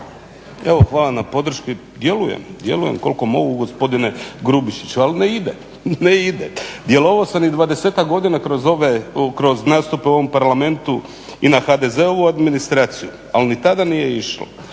Evo hvala na podršci. Djelujem, djelujem koliko mogu gospodine Grubišiću al ne ide. Djelovao sam i 20-tak godina kroz nastupe u ovom parlamentu i na HDZ-ovu administraciju, ali ni tada nije išlo